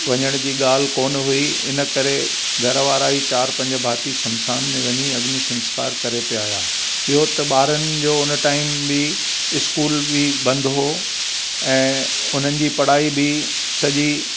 वञण जी ॻाल्हि कोन हुई इनकरे घरवारा ई चार पंज भाती शमशान में वञी अग्नी संस्कार करे पिए आया ॿियो त ॿारनि जो उन टाईम बि स्कूल बि बंदि हो ऐं उन्हनि जी पढ़ाई बि सॼी